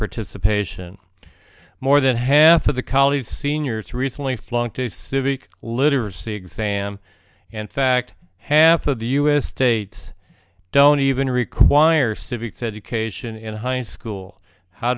participation more than half of the college seniors recently flunked a civic literacy exam and fact half of the u s states don't even require civics education in high school how